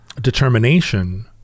determination